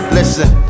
Listen